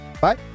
Bye